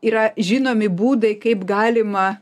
yra žinomi būdai kaip galima